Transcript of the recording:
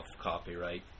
copyright